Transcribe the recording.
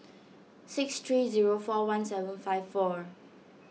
six three zero four one seven five four